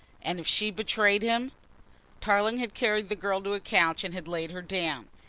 and if she betrayed him tarling had carried the girl to a couch and had laid her down.